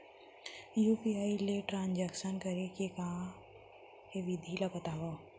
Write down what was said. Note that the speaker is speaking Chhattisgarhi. यू.पी.आई ले ट्रांजेक्शन करे के विधि ला बतावव?